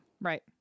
right